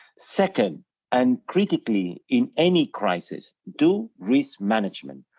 second and critically in any crisis, do risk management.